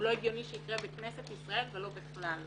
לא הגיוני שזה יקרה בכנסת ישראל ולא בכלל.